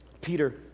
Peter